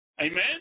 Amen